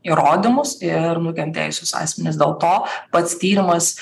įrodymus ir nukentėjusius asmenis dėl to pats tyrimas